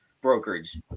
brokerage